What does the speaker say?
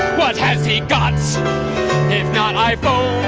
what has he got? if not iphone,